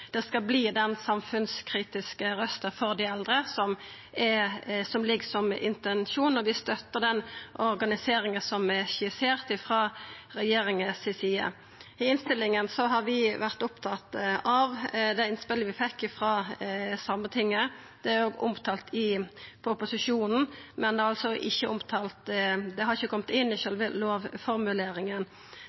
det skal verta den samfunnskritiske røysta for dei eldre som ligg som intensjon, og vi støttar den organiseringa som er skissert frå regjeringa si side. I innstillinga har vi vore opptatt av innspelet vi fekk frå Sametinget. Det er omtalt i proposisjonen, men det har ikkje kome inn i sjølve lovformuleringa.